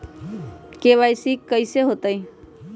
KYC कैसे होतई?